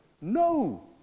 No